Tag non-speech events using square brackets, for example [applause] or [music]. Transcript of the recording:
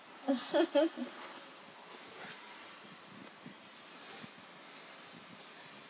[laughs]